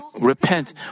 repent